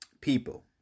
people